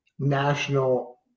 National